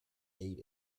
ate